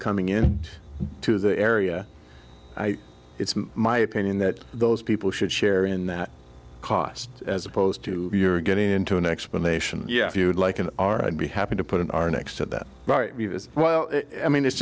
coming in to the area it's my opinion that those people should share in that cost as opposed to you're getting into an explanation yeah if you'd like and are i'd be happy to put in our next at that as well i mean it's